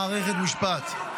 מערכת משפט.